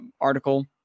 article